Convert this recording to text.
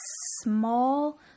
small